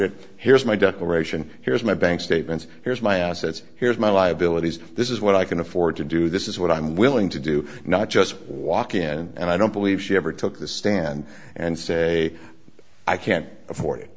it here's my declaration here's my bank statement here's my assets here's my liabilities this is what i can afford to do this is what i'm willing to do not just walk in and i don't believe she ever took the stand and say i can't afford it